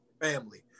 family